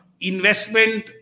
investment